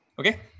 Okay